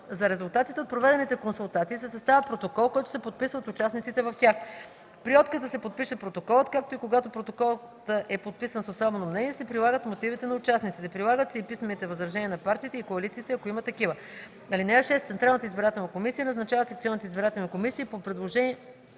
За резултатите от проведените консултации се съставя протокол, който се подписва от участниците в тях. При отказ да се подпише протоколът, както и когато протоколът е подписан с особено мнение, се прилагат мотивите на участниците. Прилагат се и писмените възражения на партиите и коалициите, ако има такива. (6) Централната избирателна комисия назначава секционните избирателни комисии по предложенията